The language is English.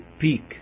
peak